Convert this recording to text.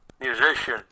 musician